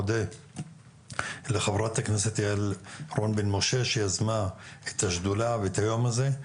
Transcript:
מודה לחברת הכנסת יעל רון בן משה שיזמה את השדולה ואת היום הזה.